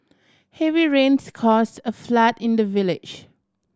heavy rains caused a flood in the village